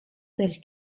del